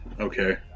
Okay